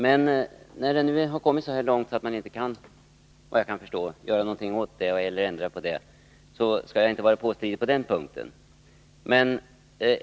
Men när det nu har gått så långt att man inte kan göra någonting åt detta eller ändra på det, såvitt jag förstår, så skall jag inte vara påstridig på den punkten.